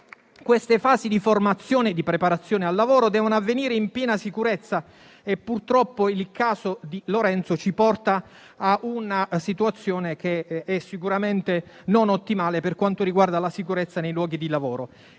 queste fasi di formazione e di preparazione al lavoro devono avvenire in piena sicurezza e purtroppo il caso di Lorenzo evidenzia una situazione che sicuramente non è ottimale per quanto riguarda la sicurezza nei luoghi di lavoro,